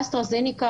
אסטרהזניקה,